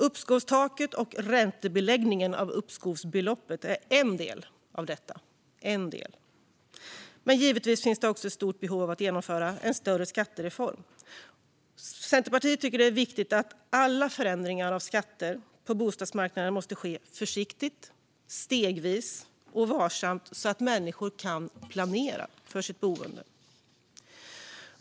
Uppskovstaket och räntebeläggningen av uppskovsbeloppet är en del av detta. Men givetvis finns även ett stort behov av att genomföra en större skattereform. Centerpartiet tycker att det är viktigt att alla förändringar av skatterna på bostadsmarknaden måste ske försiktigt, stegvis och varsamt så att människor kan planera för sitt boende.